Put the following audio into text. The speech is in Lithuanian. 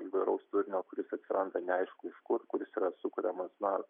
įvairaus turinio kuris atsiranda neaišku iš kur kuris yra sukuriamas na